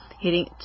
hitting